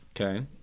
Okay